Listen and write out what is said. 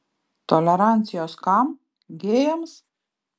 tolerancijos kam gėjams